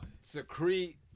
secrete